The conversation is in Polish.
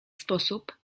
sposób